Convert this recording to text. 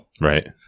Right